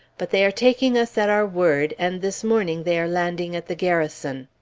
but they are taking us at our word, and this morning they are landing at the garrison.